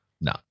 No